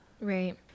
right